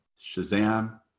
shazam